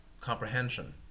comprehension